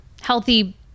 healthy